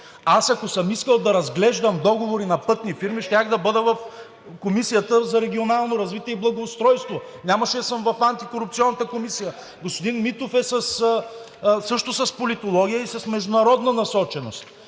Аз, ако съм искал да разглеждам договори на пътни фирми, щях да бъде в Комисията за регионално развитие и благоустройство, нямаше да съм в Антикорупционната комисия. Господин Митов е също с политология и с международна насоченост.